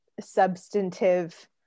substantive